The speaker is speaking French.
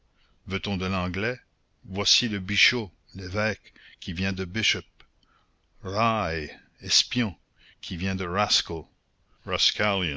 veut-on de l'anglais voici le bichot l'évêque qui vient de bishop raille espion qui vient de rascal